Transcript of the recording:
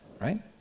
right